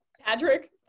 Patrick